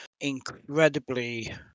incredibly